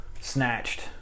snatched